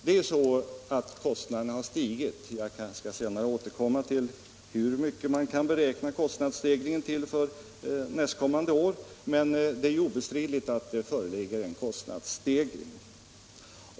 Det är ju så att kostnaderna har stigit — jag kanske senare kan återkomma till hur mycket man kan beräkna kostnadsstegringen till för nästkommande år, men det är obestridligt att det föreligger en kostnadsstegring.